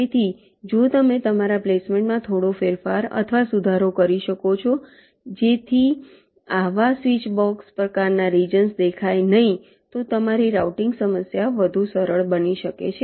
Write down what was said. તેથી જો તમે તમારા પ્લેસમેન્ટમાં થોડો ફેરફાર અથવા સુધારો કરી શકો છો કે જેથી આવા સ્વીચબોક્સ પ્રકારના રિજન્સ દેખાય નહીં તો તમારી રાઉટીંગ સમસ્યા વધુ સરળ બની શકે છે